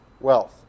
wealth